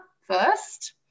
first